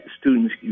students